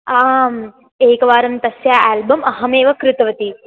आम् एकवारं तस्याः एल्बम् अहमेव कृतवती